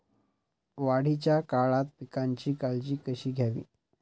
वाढीच्या काळात पिकांची काळजी कशी घ्यावी?